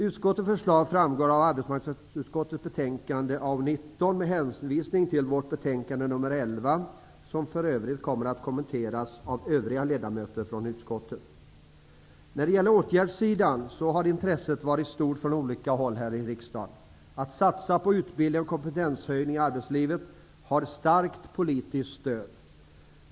Utskottets förslag framgår av arbetsmarknadsutskottets betänkande AU19 med hänvisning till vårt betänkande AU11, som för övrigt kommer att kommenteras av övriga ledamöter i utskottet. När det gäller åtgärdssidan har intresset varit stort från olika håll här i riksdagen. Att satsa på utbildning och kompetenshöjning i arbetslivet har starkt politiskt stöd.